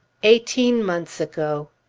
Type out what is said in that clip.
eighteen months ago!